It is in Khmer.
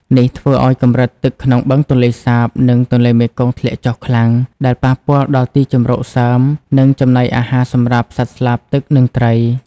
នេះធ្វើឱ្យកម្រិតទឹកក្នុងបឹងទន្លេសាប និងទន្លេមេគង្គធ្លាក់ចុះខ្លាំង ដែលប៉ះពាល់ដល់ទីជម្រកសើម និងចំណីអាហារសម្រាប់សត្វស្លាបទឹក និងត្រី។